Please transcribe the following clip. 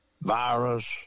virus